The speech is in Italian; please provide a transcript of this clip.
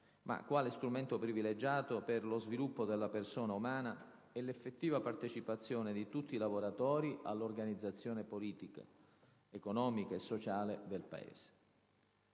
ma quale strumento privilegiato per «lo sviluppo della persona umana e l'effettiva partecipazione di tutti i lavoratori all'organizzazione politica, economica e sociale del Paese».